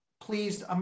pleased